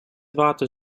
water